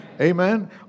Amen